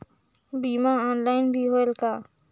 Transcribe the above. बीमा ऑनलाइन भी होयल का?